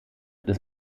des